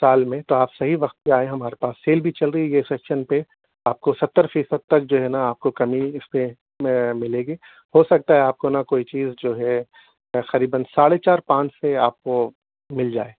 سال میں تو آپ صحیح وقت پہ آئے ہیں ہمارے پاس سیل بھی چل رہی ہے یہ سیکشن پہ آپ کو ستر فیصد تک جو ہے نہ آپ کو کمی ملے گی ہو سکتا ہے آپ کو نہ کوئی چیز جو ہے خریباً ساڑھے چار پانچ سے آپ کو مل جائے